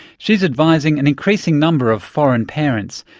she's advising an increasing number of foreign parents,